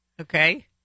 okay